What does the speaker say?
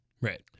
Right